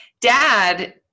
Dad